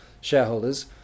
shareholders